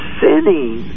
sinning